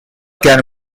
can